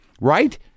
right